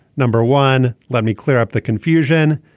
number one let me clear up the confusion.